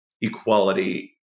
equality